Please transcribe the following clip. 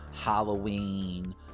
Halloween